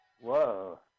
Whoa